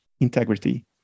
integrity